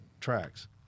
tracks